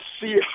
see